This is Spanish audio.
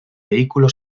vehículo